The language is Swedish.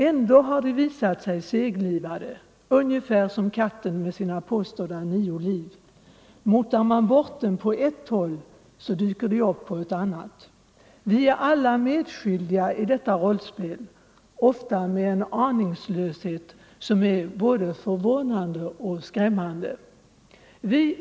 Ändå har de visat sig seglivade ungefär som katten med sina påstådda nio liv. Motar man bort dem på ett håll, dyker de upp på ett annat. Vi är alla medskyldiga i detta rollspel, ofta med en aningslöshet som är både förvånande och skrämmande.